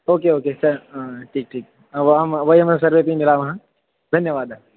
okay okay स टीक् टीक् वयं वयं सर्वेपि मिलामः धन्यवादः